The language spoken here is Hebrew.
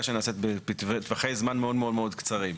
שנעשית בטווחי זמן מאוד מאוד קצרים.